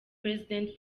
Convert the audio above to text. president